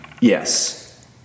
yes